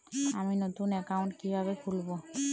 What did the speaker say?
আমি নতুন অ্যাকাউন্ট কিভাবে খুলব?